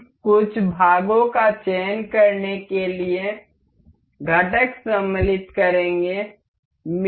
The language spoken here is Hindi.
हम कुछ भागों का चयन करने के लिए घटक सम्मिलित करेंगे